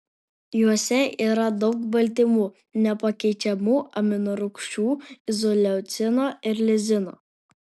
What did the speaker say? juose yra daug baltymų nepakeičiamų aminorūgščių izoleucino ir lizino